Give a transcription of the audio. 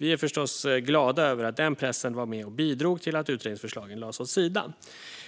Vi är förstås glada över att den pressen bidrog till att utredningsförslagen lades åt sidan.